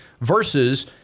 versus